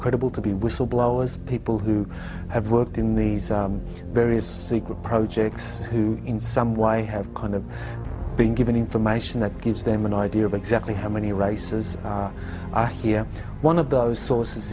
credible to be whistleblowers people who have worked in these various secret projects who in some why have kind of been given information that gives them an idea of exactly how many races i hear one of those sources